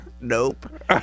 Nope